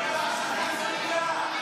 אנחנו איתך.